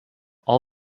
all